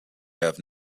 have